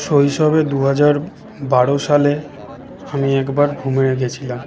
শৈশবে দু হাজার বারো সালে আমি একবার হুমের গেছিলাম